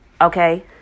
okay